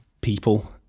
people